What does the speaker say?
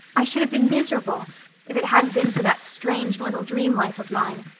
i should have been miserable if it hadn't been for that strange little dream-life of mine,